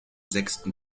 sechsten